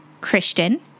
Christian